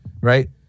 right